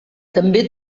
també